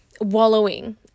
wallowing